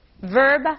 verb